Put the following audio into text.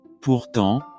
Pourtant